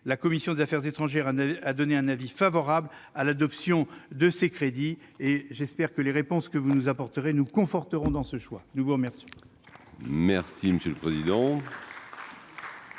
La commission des affaires étrangères a donné un avis favorable à l'adoption de ces crédits, et j'espère que les réponses que vous nous apporterez nous conforteront dans nos choix. La parole est